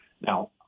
Now